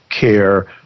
care